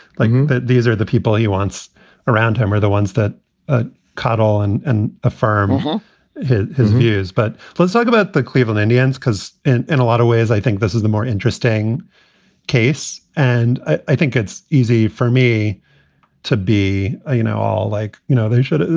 like that. these are the people he wants around him are the ones that ah coddle and and affirm his views. but let's talk about the cleveland indians, because in in a lot of ways, i think this is a more interesting case. and i think it's easy for me to be, ah you know, all like, you know, they should.